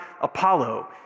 Apollo